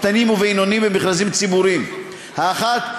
קטנים ובינוניים במכרזים ציבוריים: האחת,